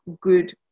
good